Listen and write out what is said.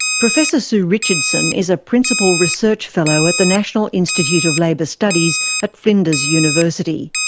professor sue richardson is a principal research fellow at the national institute of labour studies at flinders university.